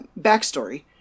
backstory